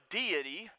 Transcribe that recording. deity